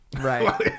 Right